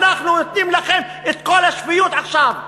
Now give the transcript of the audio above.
אנחנו נותנים לכם את קול השפיות עכשיו,